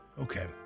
Okay